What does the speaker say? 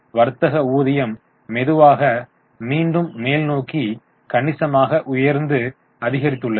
வர்த்தக ஊதியம் மெதுவாக மீண்டும் மேல் நோக்கி கணிசமாக உயர்ந்து அதிகரித்துள்ளது